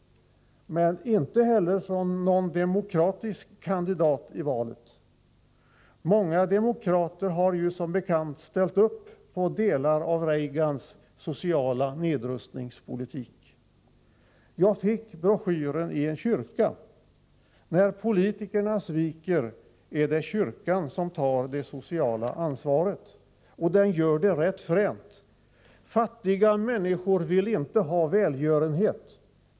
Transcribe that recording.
Men inte heller från någon demokratisk kandidat i valet. Många demokrater har ju som bekant ställt upp på delar av Reagans sociala nedrustningspolitik. Jag fick broschyren i en kyrka. När politikerna sviker, är det kyrkan som tar det sociala ansvaret. Och det gör den rätt fränt: ”Fattiga människor vill inte ha välgörenhet.